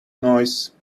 noise